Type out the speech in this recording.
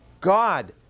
God